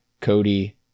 Cody